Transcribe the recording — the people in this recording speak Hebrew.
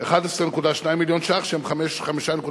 11.2 מיליון ש"ח, שהם 5.38%,